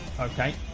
Okay